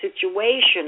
situation